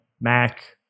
Mac